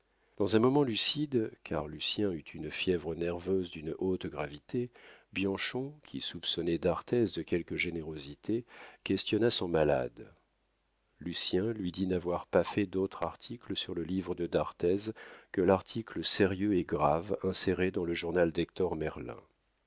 dans un moment lucide car lucien eut une fièvre nerveuse d'une haute gravité bianchon qui soupçonnait d'arthez de quelque générosité questionna son malade lucien lui dit n'avoir pas fait d'autre article sur le livre de d'arthez que l'article sérieux et grave inséré dans le journal